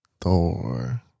Thor